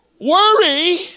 Worry